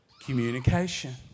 communication